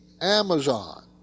Amazon